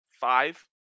five